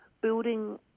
building